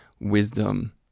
wisdom